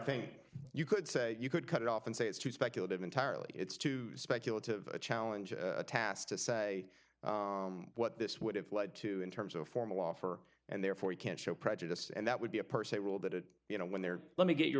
think you could say you could cut it off and say it's too speculative entirely it's too speculative a challenging task to say what this would have led to in terms of a formal offer and therefore you can't show prejudice and that would be a per se rule that you know when there let me get your